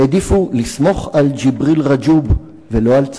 העדיפו לסמוך על ג'יבריל רג'וב ולא על צה"ל.